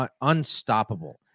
unstoppable